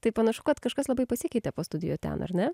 tai panašu kad kažkas labai pasikeitė po studijų ten ar ne